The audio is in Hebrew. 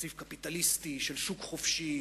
תקציב קפיטליסטי של שוק חופשי,